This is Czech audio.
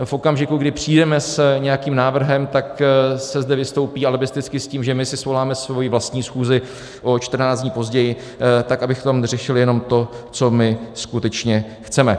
V okamžiku, kdy přijdeme s nějakým návrhem, tak se zde vystoupí alibisticky s tím, že my si svoláme svoji vlastní schůzi o 14 dní později tak, abychom vyřešili jenom to, co my skutečně chceme.